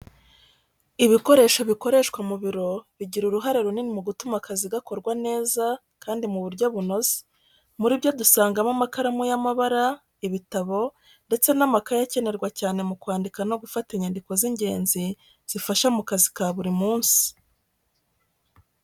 Ibikoresho bikoreshwa mu biro bigira uruhare runini mu gutuma akazi gakorwa neza kandi mu buryo bunoze. Muri byo dusangamo amakaramu y'amabara, ibitabo ndetse n'amakayi akenerwa cyane mu kwandika no gufata inyandiko z'ingenzi zifasha mu kazi ka buri munsi.